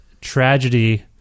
tragedy